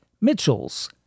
Mitchell's